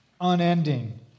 unending